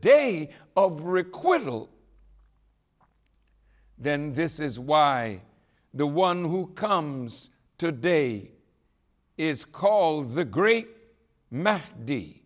day of record will then this is why the one who comes today is called the great mass d